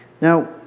Now